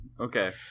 Okay